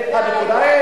הליכוד.